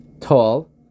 tall